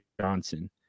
johnson